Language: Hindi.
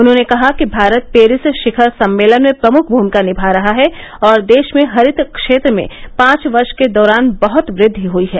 उन्होंने कहा कि भारत पेरिस शिखर सम्मेलन में प्रमुख भूमिका निमा रहा है और देश में हरित क्षेत्र में पाँच वर्ष के दौरान बहत वृद्वि हुई है